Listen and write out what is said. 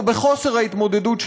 או בחוסר ההתמודדות,